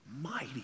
Mighty